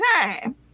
time